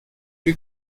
que